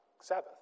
Sabbath